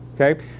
Okay